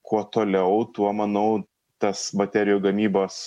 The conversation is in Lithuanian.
kuo toliau tuo manau tas baterijų gamybos